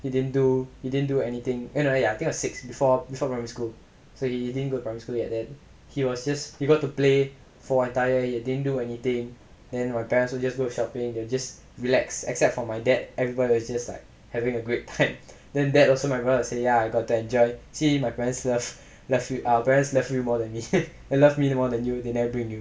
he didn't do he didn't do anything I think six before before primary school so he didn't go primary school yet then he was just he got to play for entire year he didn't do anything then my parents will just go shopping they just relax except for my dad everyone is just like having a good time then then also my brother said ya I got to enjoy see our parents our parents love you more than me eh love me more than you they never bring you